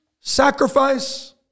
sacrifice